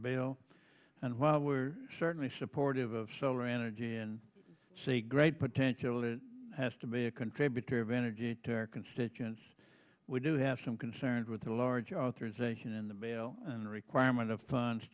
bail and while we're certainly supportive of solar energy and see great potential it has to be a contributor of energy to our constituents we do have some concerns with the large authorization in the mail and the requirement of funds